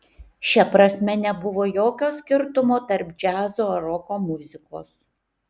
šia prasme nebuvo jokio skirtumo tarp džiazo ar roko muzikos